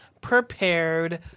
prepared